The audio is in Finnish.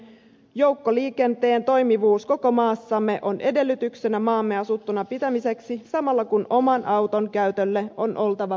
joukkoliikenteen toimivuus koko maassamme on edellytyksenä maamme asuttuna pitämiseksi samalla kun oman auton käytölle on oltava vaihtoehtoja